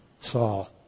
Saul